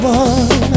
one